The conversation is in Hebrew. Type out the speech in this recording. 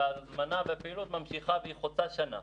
אלא ההזמנה והפעילות ממשיכה והיא חוצה שנה.